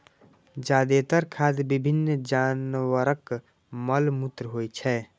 जादेतर खाद विभिन्न जानवरक मल मूत्र होइ छै